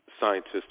scientists